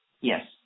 Yes